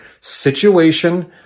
situation